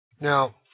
Now